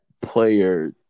player